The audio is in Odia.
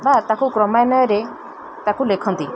ବା ତାକୁ କ୍ରମାନ୍ୱୟରେ ତାକୁ ଲେଖନ୍ତି